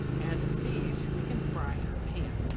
and these we can fry in our pan.